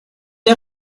der